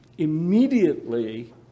immediately